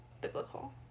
biblical